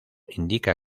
indica